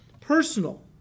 personal